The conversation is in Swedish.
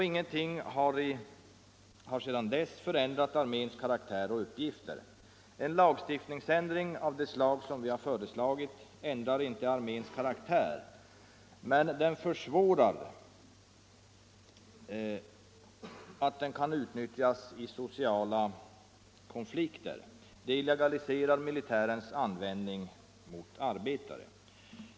Ingenting har sedan dess förändrat arméns karaktär och uppgifter. En lagstiftningsändring av det slag vi föreslagit ändrar inte heller arméns karaktär, men den försvårar att armén kan utnyttjas i sociala konflikter och den illegaliserar militärens användning mot arbetare.